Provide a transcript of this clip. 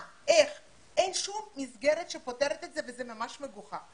אין שום מסגרת שפותרת את זה וזה ממש מגוחך.